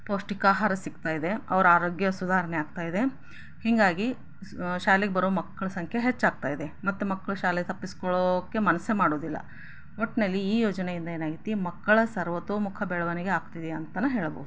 ಪೌಷ್ಟಿಕ ಆಹಾರ ಸಿಗ್ತಾ ಇದೆ ಅವರ ಅರೋಗ್ಯ ಸುಧಾರಣೆ ಆಗ್ತಾ ಇದೆ ಹೀಗಾಗಿ ಶಾಲೆಗೆ ಬರೋ ಮಕ್ಳ ಸಂಖ್ಯೆ ಹೆಚ್ಚಾಗ್ತ ಇದೆ ಮತ್ತು ಮಕ್ಕಳು ಶಾಲೆ ತಪ್ಪಿಸ್ಕೊಳ್ಳೋಕೆ ಮನಸ್ಸೇ ಮಾಡೋದಿಲ್ಲ ಒಟ್ಟಿನಲ್ಲಿ ಈ ಯೋಜನೆಯಿಂದ ಏನಾಗೈತೆ ಮಕ್ಕಳ ಸರ್ವತೋಮುಖ ಬೆಳವಣಿಗೆ ಆಗ್ತಿದೆ ಅಂತ ಹೇಳ್ಬೌದು